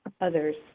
others